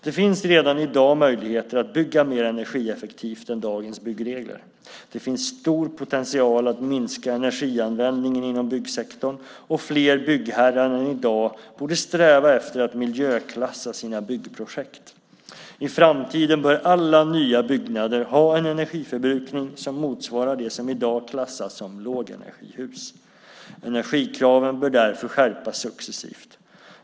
Det finns redan i dag möjligheter att bygga mer energieffektivt än dagens byggregler. Det finns stor potential att minska energianvändningen inom byggsektorn, och fler byggherrar än i dag borde sträva efter att miljöklassa sina byggprojekt. I framtiden bör alla nya byggnader ha en energiförbrukning som motsvarar det som i dag klassas som lågenergihus. Energikraven bör därför skärpas successivt.